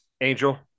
Angel